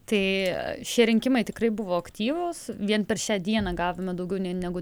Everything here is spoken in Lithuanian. tai šie rinkimai tikrai buvo aktyvūs vien per šią dieną gavome daugiau negu